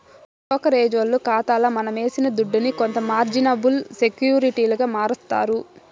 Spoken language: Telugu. బ్రోకరేజోల్లు కాతాల మనమేసిన దుడ్డుని కొంత మార్జినబుల్ సెక్యూరిటీలుగా మారస్తారు